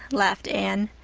laughed anne,